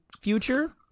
future